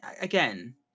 again